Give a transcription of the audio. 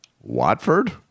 Watford